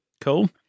Cool